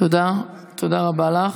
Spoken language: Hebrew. תודה, תודה רבה לך.